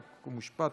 חוק ומשפט.